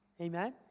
Amen